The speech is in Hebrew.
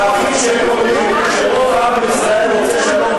הערכים שלי אומרים שרוב העם בישראל רוצה שלום,